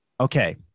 okay